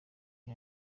iri